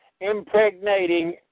impregnating